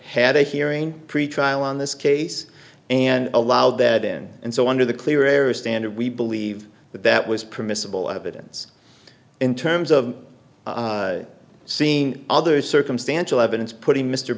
had a hearing pretrial on this case and allowed that in and so under the clear air standard we believe that that was permissible evidence in terms of seeing other circumstantial evidence putting m